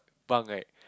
bunk right